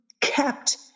kept